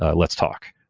ah let's talk.